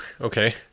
okay